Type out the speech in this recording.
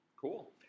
Cool